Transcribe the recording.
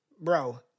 bro